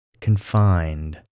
confined